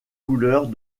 couleurs